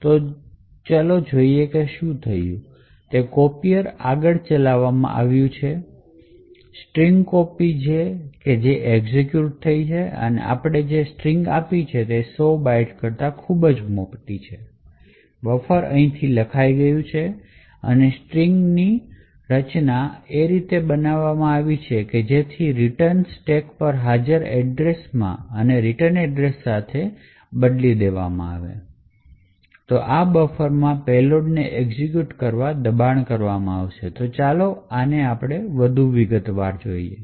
તો જે થયું છે તે copier આગળ ચલાવવામાં આવ્યું છે સ્ટ્ર્ક્પી છે એક્ઝેક્યુટ થયેલ છે અને આપણે જે સ્ટ્રિંગ આપી છે તે 100 બાઇટ્સ કરતા ખૂબ મોટી છે બફર ફરીથી લખાઈ છે અને સ્ટ્રિંગ વ્યૂહરચના એવી રીતે બનાવવામાં આવી છે કે return સ્ટેક પર હાજર એડ્રેશમાં અને રીટર્ન એડ્રેશ સાથે બદલી દેવામાં આવી છે જે આ બફરમાં પેલોડને excute કરવા દબાણ કરે છે ચાલો આપણે આને વધુ વિગતવાર જોઈએ